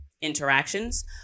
interactions